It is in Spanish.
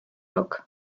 rock